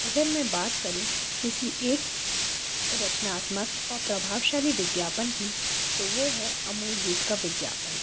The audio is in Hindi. अगर मैं बात करूँ किसी एक रचनात्मक और प्रभावशाली विज्ञापन की तो वो है अमूल दूध का विज्ञापन